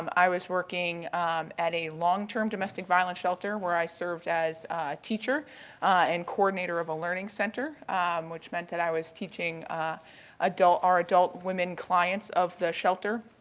um i was working at a long-term domestic violence shelter where i served as teacher and coordinator of a learning center which meant that i was teaching ah our adult women clients of the shelter.